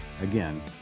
again